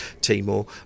timor